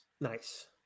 Nice